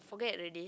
forget already